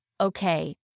okay